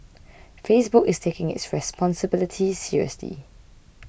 Facebook is taking its responsibility seriously